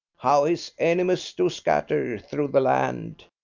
how his enemies do scatter thro the land!